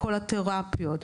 כל התרפיות,